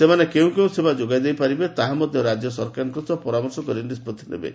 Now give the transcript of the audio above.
ସେମାନେ କେଉଁ କେଉଁ ସେବା ଯୋଗାଇ ପାରିବେ ତାହା ମଧ୍ୟ ରାଜ୍ୟ ସରକାରଙ୍କ ସହ ପରାମର୍ଶ କରି ନିଷ୍ପଭି ନେବେ